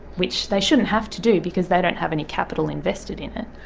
which they shouldn't have to do because they don't have any capital invested in it.